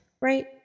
right